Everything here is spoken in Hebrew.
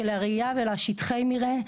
של הרעייה ושל שטחי מרעה.